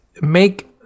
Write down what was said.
make